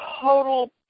total